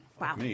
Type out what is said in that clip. Wow